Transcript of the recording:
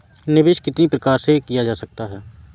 निवेश कितनी प्रकार से किया जा सकता है?